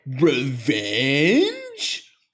revenge